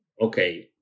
okay